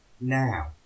Now